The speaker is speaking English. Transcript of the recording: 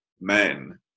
men